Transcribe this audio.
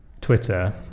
Twitter